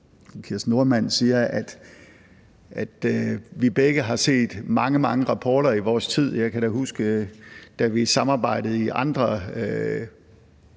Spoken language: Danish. Kirsten Normann Andersen siger, at vi begge har set mange, mange rapporter i vores tid. Jeg kan da huske, da vi samarbejdede i andre